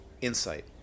insight